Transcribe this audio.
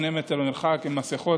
שני מטר מרחק עם מסכות,